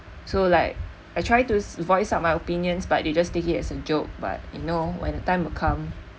so like I try to voice out my opinions but they just take it as a joke but you know when the time will come